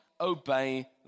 obey